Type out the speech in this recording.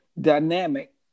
dynamic